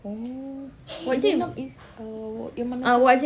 oh wak jenab is err yang mana satu